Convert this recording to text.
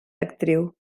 actriu